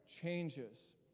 changes